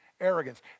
Arrogance